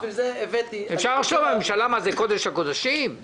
אפשר לחשוב: הממשלה היא קודש הקודשים?